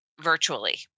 virtually